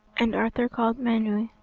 and arthur called menw,